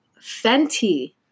Fenty